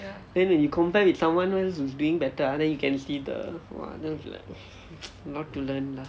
then you compare with someone else who is doing better ah then you can see the the then I'll be like a lot to learn lah